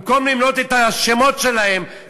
במקום למנות את השמות שלהם,